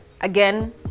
again